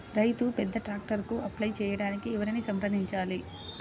రైతు పెద్ద ట్రాక్టర్కు అప్లై చేయడానికి ఎవరిని సంప్రదించాలి?